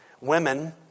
Women